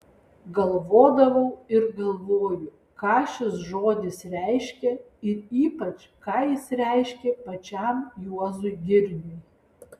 galvodavau ir galvoju ką šis žodis reiškia ir ypač ką jis reiškė pačiam juozui girniui